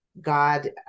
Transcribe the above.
God